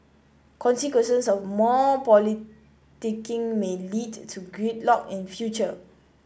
consequences of more politicking may lead to gridlock in future